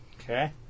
Okay